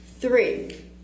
Three